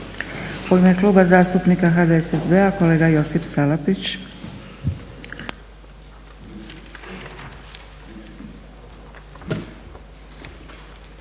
U ime Kluba zastupnik HDSSB-a kolega Josip Salapić.